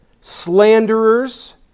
slanderers